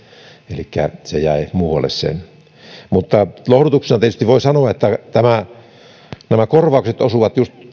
elikkä joilla se jäi muualle mutta lohdutuksena tietysti voi sanoa että nämä korvaukset osuvat just